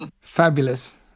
Fabulous